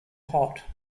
hot